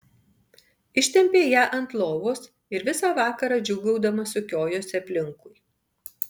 ištempė ją ant lovos ir visą vakarą džiūgaudama sukiojosi aplinkui